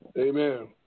Amen